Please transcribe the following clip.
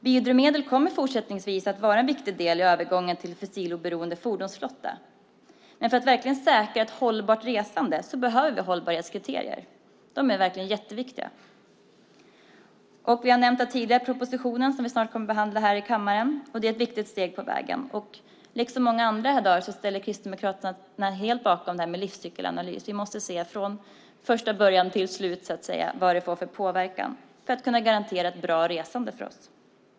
Biodrivmedel kommer fortsättningsvis att vara en viktig del i övergången till en fossiloberoende fordonsflotta. Men för att verkligen säkra ett hållbart resande behöver vi hållbarhetskriterier. De är verkligen jätteviktiga. Vi har tidigare nämnt den proposition som vi snart kommer att behandla här i kammaren. Den är ett viktigt steg på vägen. Liksom många andra här i dag ställer sig Kristdemokraterna helt bakom livscykelanalysen. Vi måste se från första början till slut vilken påverkan det hela får för att kunna garantera ett bra resande för oss.